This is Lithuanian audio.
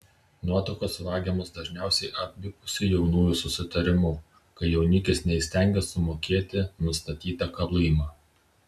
nuotakos vagiamos dažniausiai abipusiu jaunųjų susitarimu kai jaunikis neįstengia sumokėti nustatytą kalymą